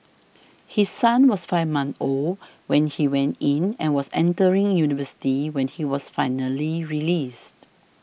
his son was five months old when he went in and was entering university when he was finally released